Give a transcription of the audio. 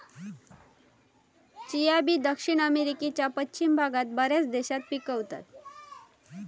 chia बी दक्षिण अमेरिकेच्या पश्चिम भागात बऱ्याच देशात पिकवतत